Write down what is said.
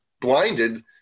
blinded